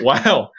Wow